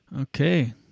Okay